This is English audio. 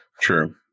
True